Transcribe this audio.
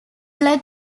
led